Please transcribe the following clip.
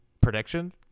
Prediction